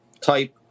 type